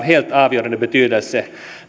helt avgörande betydelse